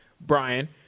Brian